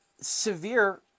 severe